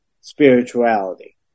spirituality